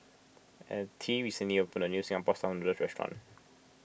Altie recently opened a new Singapore Style Noodles restaurant